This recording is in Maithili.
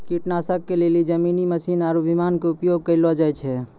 कीटनाशक के लेली जमीनी मशीन आरु विमान के उपयोग कयलो जाय छै